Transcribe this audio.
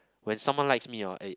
when someone likes me hor eh